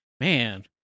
man